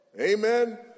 amen